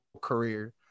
career